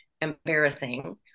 embarrassing